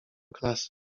klasy